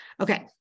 Okay